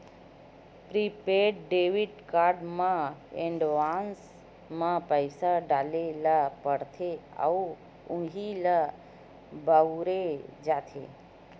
prepaid debit card म advance म पइसा डारे ल परथे अउ उहीं ल बउरे जाथे